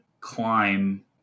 climb